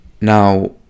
now